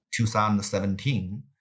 2017